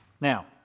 Now